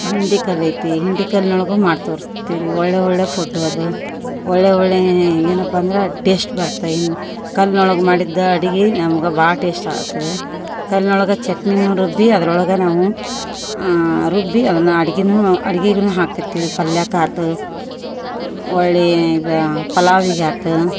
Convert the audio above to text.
ಹಿಂಡಿ ಕಲೇತಿ ಹಿಂಡಿ ಕಲ್ನೊಳಗು ಮಾಡಿ ತೋರ್ಸ್ತಿವಿ ರೀ ಒಳ್ಳೆಯ ಒಳ್ಳೆಯ ಫುಡ್ಡು ಅದು ಒಳ್ಳೆಯ ಒಳ್ಳೆಯ ಏನಪ್ಪ ಅಂದರ ಟೇಸ್ಟ್ ಬರ್ತ ಇನ್ನು ಕಲ್ನೊಳಗೂ ಮಾಡಿದ್ದ ಅಡಿಗಿ ನಮಗ ಭಾಳ್ ಟೇಸ್ಟ್ ಆತದ ಕಲ್ನೊಳಗ ಚಟ್ನಿನು ರುಬ್ಬಿ ಅದರೊಳಗ ನಾವು ರುಬ್ಬಿ ಅದನ್ನ ಅಡಿಗಿನು ಅಡ್ಗಿಗುನು ಹಾಕ್ತಿರ್ತೀರಿ ಪಲ್ಯಕ್ಕಾತು ಒಳ್ಳಿಯ ಇದು ಪಲಾವಿಗೆ ಆತು